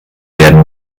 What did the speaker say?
werden